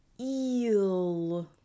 EEL